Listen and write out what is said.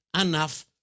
enough